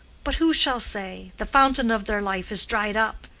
but who shall say, the fountain of their life is dried up,